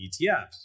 ETFs